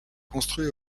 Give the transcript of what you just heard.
construit